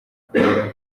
kugera